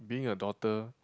being a daughter